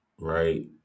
Right